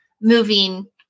moving